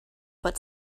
but